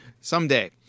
Someday